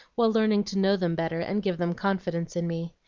while learning to know them better and give them confidence in me.